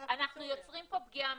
אנחנו יוצרים פה פגיעה אמיתית.